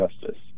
justice